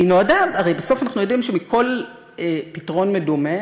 נועדה, הרי בסוף, אנחנו יודעים שמכל פתרון מדומה,